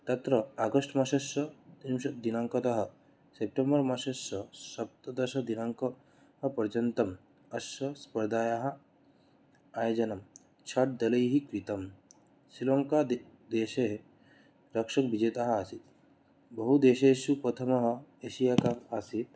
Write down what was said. तत्र आगष्ट्मासस्य त्रिंशद्दिनाङ्कतः सेप्टेम्बर्मासस्य सप्तदशदिनाङ्क पर्यन्तम् अस्याः स्पर्धायाः आयोजनं षट्दलैः कृतं श्रीलङ्कादेशे प्रक्षकविजेताः आसीत् बहुदेशेषु प्रथमः एशिया काप् आसीत्